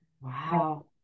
Wow